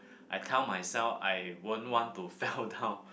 I tell myself I won't want to fell down